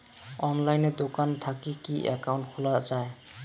অনলাইনে দোকান থাকি কি একাউন্ট খুলা যায়?